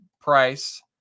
price